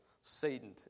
Satan